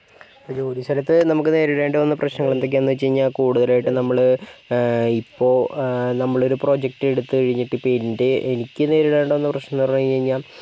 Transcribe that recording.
ജോലി സ്ഥലത്ത് നമുക്ക് നേരിടേണ്ട വന്ന പ്രശ്നങ്ങൾ എന്തൊക്കെയാന്ന് എന്ന് വെച്ച് കഴിഞ്ഞാൽ കൂടുതലായിട്ടും നമ്മള് ഇപ്പം നമ്മള് ഒരു പ്രൊജക്റ്റ് എടുത്ത് കഴിഞ്ഞിട്ട് പിന്നെ എനിക്ക് നേരിടേണ്ടി വന്ന പ്രശ്നം പറഞ്ഞ് കഴിഞ്ഞാൽ